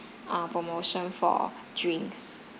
err promotion for drinks